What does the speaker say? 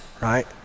right